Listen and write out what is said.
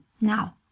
now